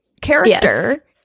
character